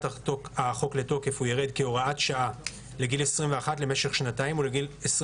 החוק לתוקף הוא ירד כהוראת שעה לגיל 21 למשך שנתיים,